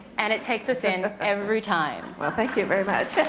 and it takes us in every time. well thank you very much.